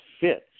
fits